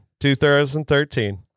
2013